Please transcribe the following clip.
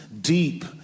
deep